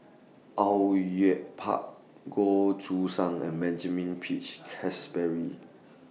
Au Yue Pak Goh Choo San and Benjamin Peach Keasberry